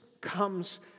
comes